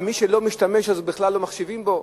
ושמי שלא משתמש בכלל לא החשיבו אותו,